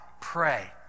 pray